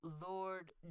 Lord